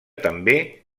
també